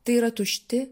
tai yra tušti